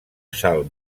sal